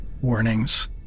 warnings